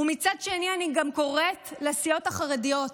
ומהצד השני אני גם קוראת לסיעות החרדיות: